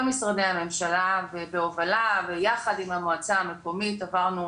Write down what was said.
משרדי הממשלה ובהובלה ויחד עם המועצה המקומית עברנו